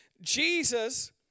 Jesus